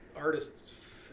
artists